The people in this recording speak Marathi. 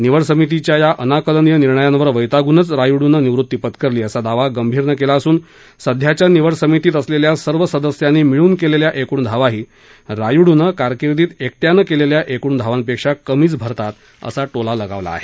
निवड समितीच्या या अनाकलनीय निर्णयांवर वैतागूनच रायुड्रनं निवृत्ती पत्करली असा दावा गंभीरनं केला असून सध्याच्या निवडसमितीत असलेल्या सर्व सदस्यांनी मिळून केलेल्या एकूण धावाही रायुडूनं कारकीर्दीत एकट्यानं केलेल्या एकूण धावांपेक्षा कमीच भरतात असा टोलाही लगावला आहे